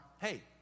hey